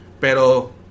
Pero